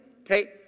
Okay